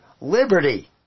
liberty